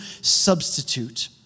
substitute